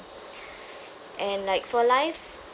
and like for life